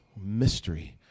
mystery